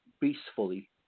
peacefully